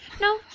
No